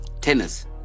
Tennis